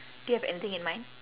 do you have anything in mind